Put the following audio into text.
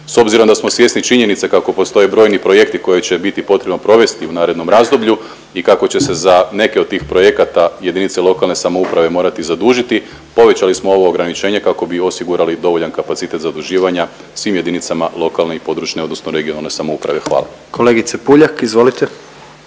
S obzirom da smo svjesni činjenice kako postoje brojni projekte koje će biti potrebno provesti u narednom razdoblju i kako će se za neke od tih projekata JLS morati zadužiti, povećali smo ovo ograničenje kako bi osigurali dovoljan kapacitet zaduživanja svim jedinicama lokalne i područne odnosno regionalne samouprave, hvala. **Jandroković,